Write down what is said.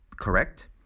correct